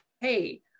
hey